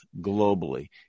globally